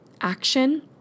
action